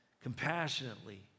compassionately